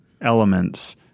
elements